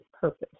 purpose